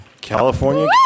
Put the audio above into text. California